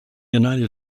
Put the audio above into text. united